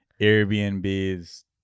Airbnb's